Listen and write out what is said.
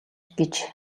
гэж